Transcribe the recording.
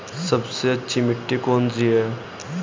सबसे अच्छी मिट्टी कौन सी है?